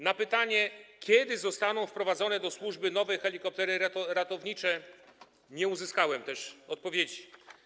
Na pytanie, kiedy zostaną wprowadzone do służby nowe helikoptery ratownicze, też nie uzyskałem odpowiedzi.